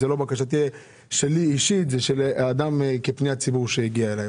זאת לא בקשתי האישית שלי אלא פניית ציבור שהגיעה אלי.